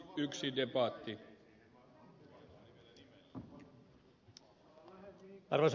arvoisa herra puhemies